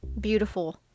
beautiful